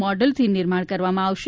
મોડલથી નિર્માણ કરવામાં આવશે